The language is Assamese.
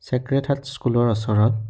চেক্ৰেট হাৰ্ট স্কুলৰ ওচৰত